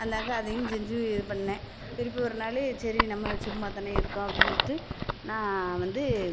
அன்னாக்கா அதையும் செஞ்சி இது பண்ணேன் திருப்பி ஒருநாள் சரி நம்ம சும்மாதான இருக்கோம் அப்படின் சொல்லிட்டு நான் வந்து